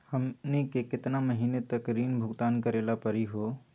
हमनी के केतना महीनों तक ऋण भुगतान करेला परही हो?